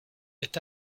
est